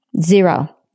zero